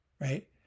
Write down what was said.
right